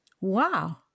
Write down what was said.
Wow